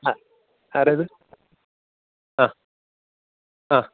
ആ ആരാണ് ഇത് ആ ആ